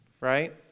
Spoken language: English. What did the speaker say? Right